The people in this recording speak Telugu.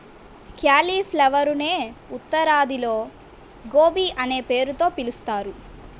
క్యాలిఫ్లవరునే ఉత్తరాదిలో గోబీ అనే పేరుతో పిలుస్తారు